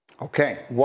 Okay